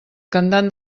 cantant